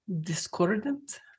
discordant